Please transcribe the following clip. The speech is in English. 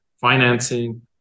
financing